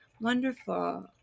Wonderful